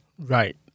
Right